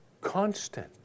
constant